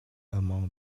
among